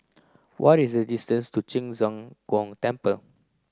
what is the distance to Ci Zheng Gong Temple